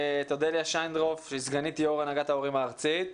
את אודליה שינדרוף שהיא סגנית יו"ר הנהגת ההורים הארצית.